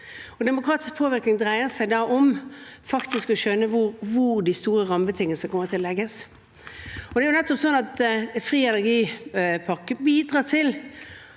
Demokratisk påvirkning dreier seg om å skjønne hvor de store rammebetingelsene kommer til å legges. Det er nettopp slik at